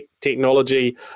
technology